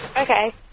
Okay